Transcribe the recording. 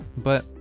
but,